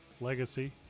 Legacy